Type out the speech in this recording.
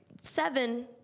Seven